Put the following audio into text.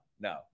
no